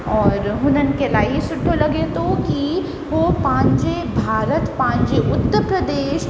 और हुननि खे इलाही सुठो लॻे थो की हो पंहिंजे भारत पंहिंजे उत्तर प्रदेश